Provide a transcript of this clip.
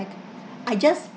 I just